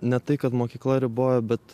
ne tai kad mokykla ribojo bet